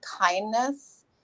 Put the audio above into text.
kindness